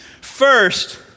First